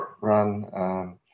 run